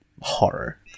horror